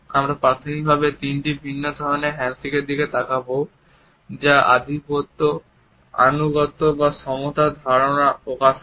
আমরা প্রাথমিকভাবে তিনটি ভিন্ন ধরণের হ্যান্ডশেকের দিকে তাকাব যা আধিপত্য আনুগত্য বা সমতার ধারণা প্রকাশ করে